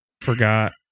forgot